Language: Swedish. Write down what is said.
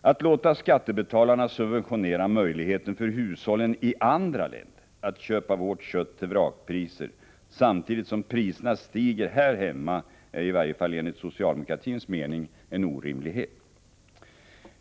Att låta skattebetalarna subventionera möjligheten för hushållen i andra länder att köpa vårt kött till vrakpriser samtidigt som priserna stiger här hemma är i varje fall enligt socialdemokratins mening en orimlighet.